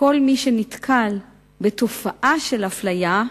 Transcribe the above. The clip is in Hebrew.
כל מי שנתקל בתופעה של אפליה,